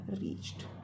reached